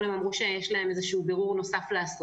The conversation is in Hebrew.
הם אמרו שיש להם איזשהו בירור נוסף לעשות.